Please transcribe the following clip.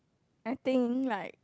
I think like